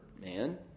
man